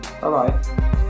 Bye